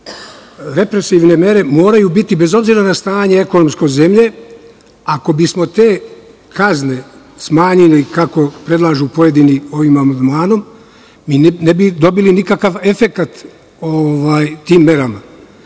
Represivne mere moraju biti. Bez obzira na ekonomsko stanje zemlje, ako bismo te kazne smanjili, kako predlažu pojedini ovim amandmanom, mi ne bi dobili nikakv efekat tim merama.